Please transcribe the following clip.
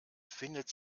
findet